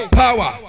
power